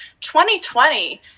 2020